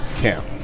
Camp